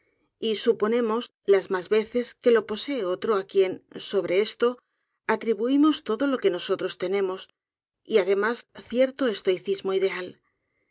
y suponemos las mas veces que lo posee otro á quien sobre esto atribuimos todo lo que nosotros tenemos y ademas cierto estoicismo ideal ese